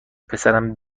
پسرم